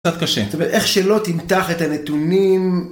קצת קשה. זאת אומרת, איך שלא תמתח את הנתונים...